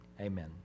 Amen